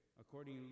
according